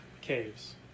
Caves